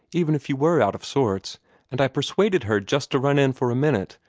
even if you were out of sorts and i persuaded her just to run in for a minute.